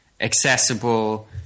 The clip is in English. accessible